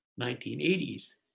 1980s